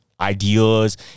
ideas